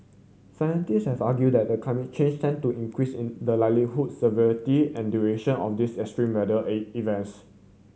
scientist have argued that climate change tend to increase in the likelihood severity and duration of these extreme matter A events